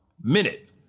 minute